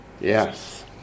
Yes